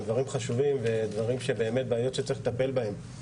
אלו דברים חשובים ובעיות שבאמת צריך לטפל בהן,